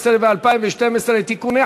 נגד?